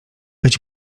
być